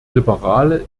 liberale